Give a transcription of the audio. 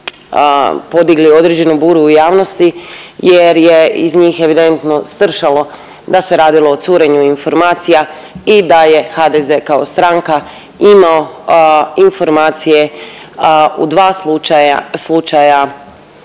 podigli određenu buru u javnosti jer je iz njih evidentno stršalo da se radilo o curenju informacija i da je HDZ kao stranka imao informacije u dva slučaja,